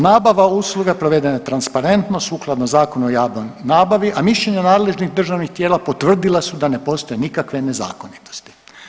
Nabava usluga provedena je transparentno sukladno Zakonu o javnoj nabavi, a mišljenje nadležnih državnih tijela potvrdila su da ne postoje nikakve nezakonitosti.